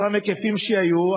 אותם היקפים שהיו,